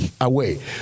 away